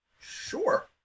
Sure